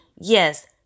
Yes